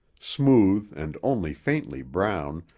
smooth and only faintly brown,